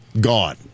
gone